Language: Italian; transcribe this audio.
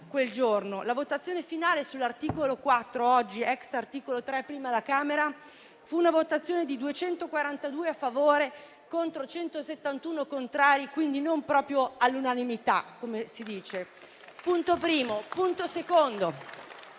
la votazione finale sull'articolo 4 (ex articolo 3 alla Camera) fu una votazione di 242 a favore contro 171 contrari, quindi non proprio all'unanimità,